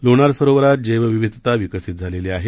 लोणार सरोवरात जैवविविधता विकसित झालेली आहे